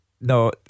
No